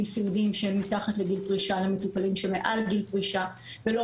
סיעודיים שהם מתחת לגיל פרישה למטופלים שמעל גיל פרישה ולא